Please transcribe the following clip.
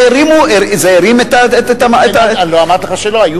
זה הרים את, הלוא אמרתי לך שלא.